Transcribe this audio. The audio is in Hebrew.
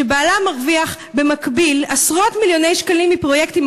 כשבעלה מרוויח במקביל עשרות-מיליוני שקלים מפרויקטים